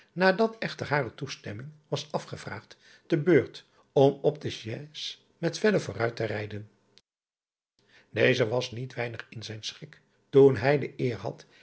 van illegonda uisman ming was afgevraagd te beurt om op de chais met vooruit te rijden eze was niet weinig in zijn schik dat hij de eer had